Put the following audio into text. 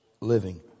living